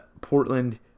portland